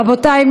רבותי,